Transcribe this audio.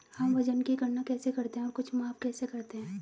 हम वजन की गणना कैसे करते हैं और कुछ माप कैसे करते हैं?